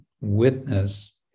witness